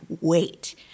wait